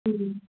ம்